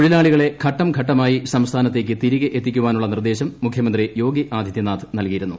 തൊഴിലാളികളെ ഘട്ടംഘട്ടമായി സംസ്ഥാനത്തേയ്ക്ക് തിരിക്കു കീത്തിക്കാനുള്ള നിർദ്ദേശം മുഖ്യമന്ത്രി യോഗി ആദിത്യനാഥ് നൽകിി്യിരുന്നു